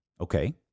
Okay